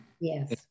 Yes